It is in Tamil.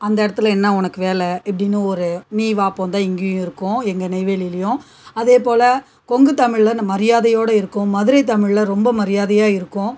அந்த இடத்தில் என்ன உனக்கு வேலை இப்படினு ஒரு நீ வா போகணு தான் இங்கேயு இருக்குது எங்கள் நெய்வேலியிலும் அதேபோல கொங்கு தமிழில் நம்ம மரியாதையோடு இருக்குது மதுரை தமிழில் ரொம்ப மரியாதையாக இருக்குது